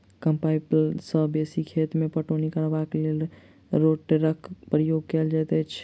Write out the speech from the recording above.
कम पाइन सॅ बेसी खेत मे पटौनी करबाक लेल रोटेटरक प्रयोग कयल जाइत छै